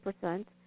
percent